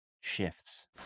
shifts